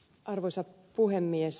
arvoisa puhemies